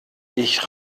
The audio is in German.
ich